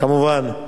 כמובן,